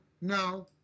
no